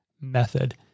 Method